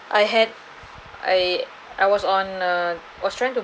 I had I I was on a was trying to